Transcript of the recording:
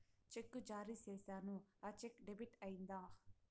చెక్కు జారీ సేసాను, ఆ చెక్కు డెబిట్ అయిందా